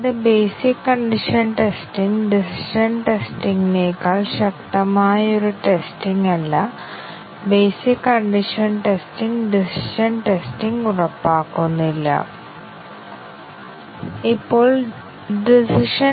ഇപ്പോൾ നമുക്ക് കവറേജ് അധിഷ്ഠിത ടെസ്റ്റിംഗ് നോക്കാം വൈറ്റ് ബോക്സ് ടെസ്റ്റിംഗ് കവറേജ് അധിഷ്ഠിത ടെസ്റ്റിംഗ് തെറ്റ് അധിഷ്ഠിത ടെസ്റ്റിംഗ് എന്നിവ നമുക്ക് കൂടുതൽ നോക്കാം